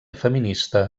feminista